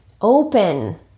open